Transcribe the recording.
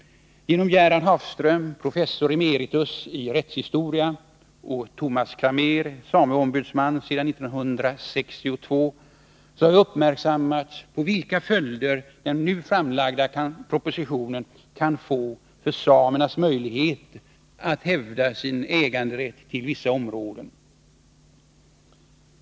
Genom Gerhard Hafström, professor emeritus i rättshistoria, och Tomas Cramér, sameombudsman sedan 1962, har jag uppmärksammats på vilka följder den nu framlagda propositionen kan få för samernas möjligheter att hävda sin äganderätt till vissa områden.